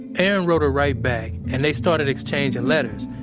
erin wrote her right back and they started exchanging letters,